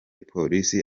polisi